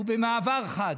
ובמעבר חד,